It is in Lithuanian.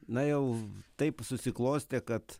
na jau taip susiklostė kad